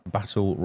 Battle